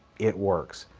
it works.